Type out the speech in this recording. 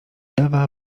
ewa